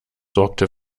sorgte